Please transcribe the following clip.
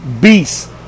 beast